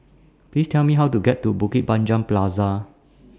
Please Tell Me How to get to Bukit Panjang Plaza